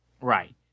Right